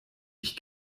ich